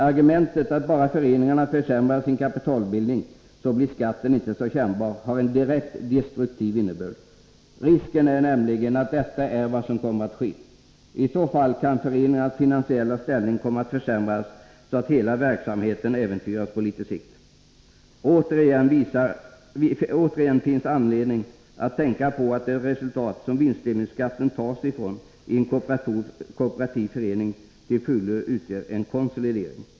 Argumentet att bara föreningarna försämrar sin kapitalbildning så blir skatten inte så kännbar har en direkt destruktiv innebörd. Risken är nämligen att detta är vad som kommer att ske. I så fall kan föreningarnas finansiella ställning komma att försämras så att hela verksamheten äventyras på litet sikt. Återigen finns det anledning att tänka på att det resultat som vinstdelningsskatten tas från i en kooperativ förening till fullo utgör en konsolidering.